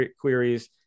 queries